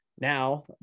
Now